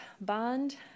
bond